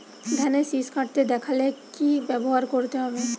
ধানের শিষ কাটতে দেখালে কি ব্যবহার করতে হয়?